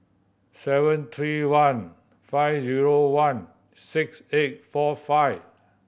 seven three one five zero one six eight four five